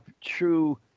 true